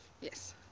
yes